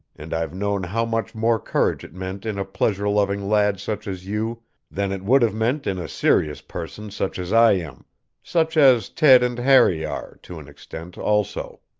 and i've known how much more courage it meant in a pleasure-loving lad such as you than it would have meant in a serious person such as i am such as ted and harry are, to an extent, also.